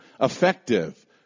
effective